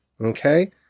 Okay